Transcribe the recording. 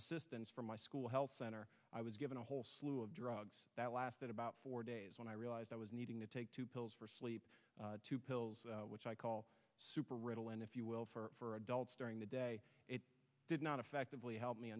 assistance from my school health center i was given a whole slew of drugs that lasted about four days when i realized i was needing to take two pills for sleep two pills which i call super ritalin if you will for adults during the day did not effectively help me